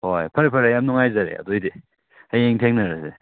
ꯍꯣꯏ ꯐꯔꯦ ꯐꯔꯦ ꯌꯥꯝ ꯅꯨꯡꯉꯥꯏꯖꯔꯦ ꯑꯗꯨꯑꯣꯏꯗꯤ ꯍꯌꯦꯡ ꯊꯦꯡꯅꯔꯁꯦ